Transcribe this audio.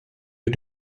you